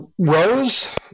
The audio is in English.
Rose